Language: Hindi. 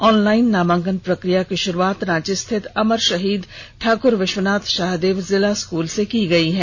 ऑनलाइन नामांकन प्रक्रिया की शुरुआत रांची स्थित अमर शहीद ठाकुर विश्वनाथ साहदेव जिला स्कूल से की गई है